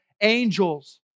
angels